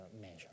measure